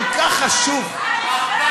אני עשיתי, את רוצה תשובה?